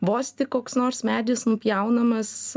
vos tik koks nors medis nupjaunamas